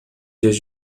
dias